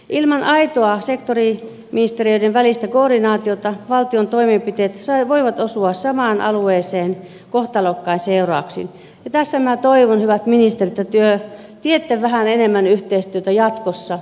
ilman aitoa sektoriministeriöiden välistä koordinaatiota valtion toimenpiteet voivat osua samaan alueeseen kohtalokkain seurauksin ja tässä minä toivon hyvät ministerit että teette vähän enemmän yhteistyötä jatkossa